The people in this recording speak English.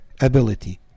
ability